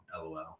lol